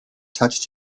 touched